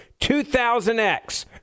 2000X